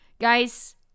Guys